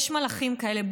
יש מלאכים כאלה.